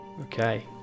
Okay